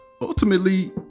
ultimately